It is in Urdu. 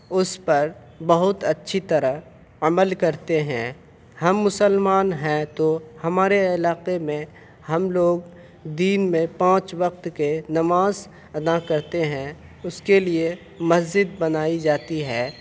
اس پر بہت اچھی طرح عمل کرتے ہیں ہم مسلمان ہیں تو ہمارے علاقے میں ہم لوگ دین میں پانچ وقت کے نماز ادا کرتے ہیں اس کے لیے مسجد بنائی جاتی ہے